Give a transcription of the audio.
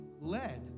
led